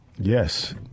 Yes